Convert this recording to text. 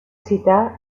citar